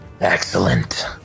Excellent